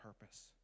purpose